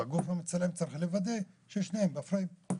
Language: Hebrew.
והגוף המצלם צריך לוודא ששניהם בפריים.